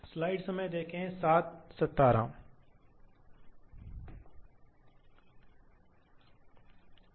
तो गति के एक पूर्ण चक्र में कितना है कितनी सामग्री है सामग्री की कितनी गहराई है